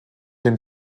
dem